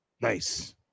Nice